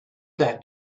that